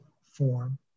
form